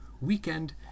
weekend